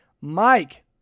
Mike